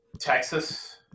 Texas